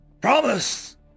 promise